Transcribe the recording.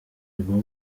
iguhe